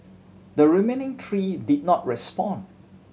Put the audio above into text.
the remaining three did not respond